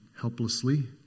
helplessly